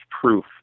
proof